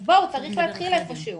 אז בואו, צריך להתחיל איפשהו.